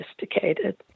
sophisticated